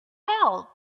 help